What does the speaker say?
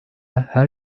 her